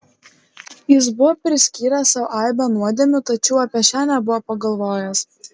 jis buvo priskyręs sau aibę nuodėmių tačiau apie šią nebuvo pagalvojęs